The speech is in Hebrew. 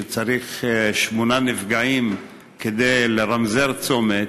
שצריך שמונה נפגעים כדי לרמזר צומת.